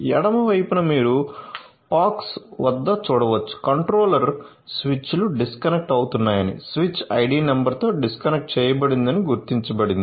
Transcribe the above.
ఎడమ వైపున మీరు POX వద్ద చూడవచ్చు కంట్రోలర్ స్విచ్లు డిస్కనెక్ట్ అవుతున్నాయని స్విచ్ ఐడి నంబర్తో డిస్కనెక్ట్ చేయబడిందని గుర్తించబడింది